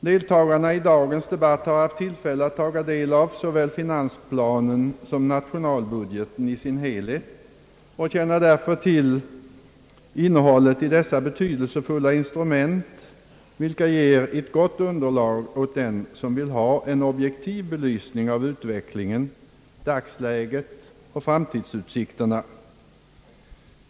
Deltagarna i dagens debatt har haft tillfälle att ta del av såväl finansplanen som nationalbudgeten i dess helhet och känner därför till innehållet i dessa betydelsefulla instrument, vilka ger ett gott underlag åt den som vill ha en objektiv belysning av utvecklingen, dagsläget och framtidsutsikterna.